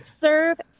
serve